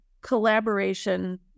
collaboration